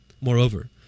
moreover